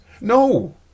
No